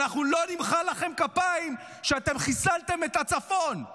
אנחנו לא נמחא לכם כפיים על שאתם חיסלתם את הצפון;